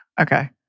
Okay